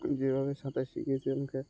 যেভাবে সাঁতার শিখিয়েছে আমাকে